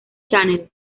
channel